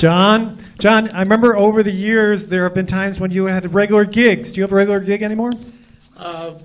john john i remember over the years there have been times when you had regular gigs do you have a regular gig anymore